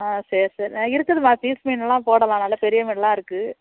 ஆ சரி சரி ஆ இருக்குதும்மா பீஸ் மீனெல்லாம் போடலாம் நல்லா பெரிய மீன்ல்லாம் இருக்கு